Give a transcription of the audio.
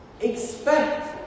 Expect